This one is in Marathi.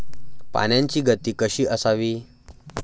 पाण्याची गती कशी असावी?